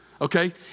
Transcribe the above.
okay